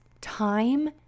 time